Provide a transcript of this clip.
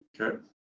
Okay